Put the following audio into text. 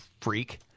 freak